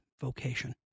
vocation